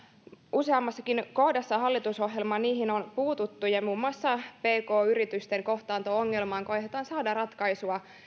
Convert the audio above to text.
useammassakin kohdassa hallitusohjelmaa niihin on puututtu ja muun muassa pk yritysten kohtaanto ongelmaan koetetaan saada ratkaisua